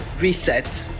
Reset